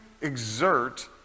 exert